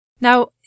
Now